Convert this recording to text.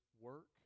work